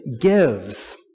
gives